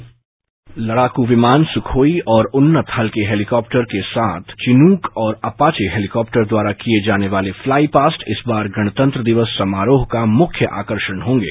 bite लड़ाकू विमान Sukhoi और उन्नत हल्के हेलीकॉप्टर के साथ चिनूक और अपाचे हेलीकॉप्टर द्वारा किये जाने वाले फ्लाईपास्ट इस बार गणतंत्र दिवस समारोह का मुख्य आकर्षण होंगे